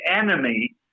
enemy